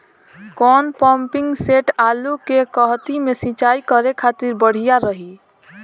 कौन pumping set आलू के कहती मे सिचाई करे खातिर बढ़िया रही?